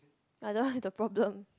I don't have the problem